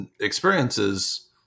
experiences